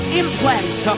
implants